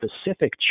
specific